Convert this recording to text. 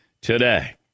today